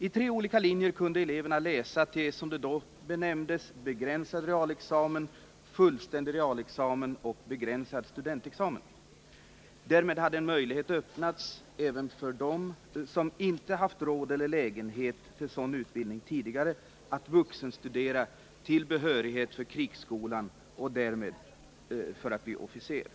På tre olika linjer kunde eleverna läsa till, som examina då benämndes, begränsad realexamen, fullständig realexamen och begränsad studentexamen. Därmed hade en möjlighet öppnats även för den, som inte hade haft råd eller lägenhet till sådan utbildning tidigare, att vuxenstudera till behörighet för krigsskolan och därmed för att bli officer.